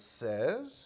says